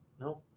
No